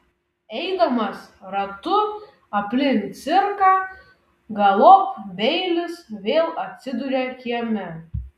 eidamas ratu aplink cirką galop beilis vėl atsiduria kieme